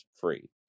free